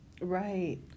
Right